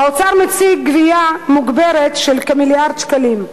האוצר מציג גבייה מוגברת של כמיליארד שקלים,